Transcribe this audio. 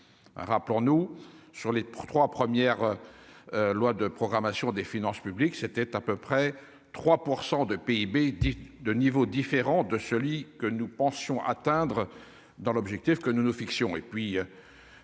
rappelons-nous sur les deux trois premières lois de programmation des finances publiques, c'était à peu près 3 % de PIB de niveaux différents de lit que nous pensions atteindre dans l'objectif que nous nous fixions